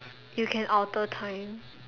you can alter time